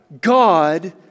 God